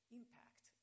impact